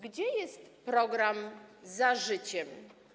Gdzie jest program „Za życiem”